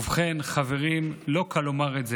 ובכן, חברים, לא קל לומר את זה,